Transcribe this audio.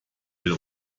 den